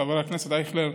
חבר הכנסת אייכלר,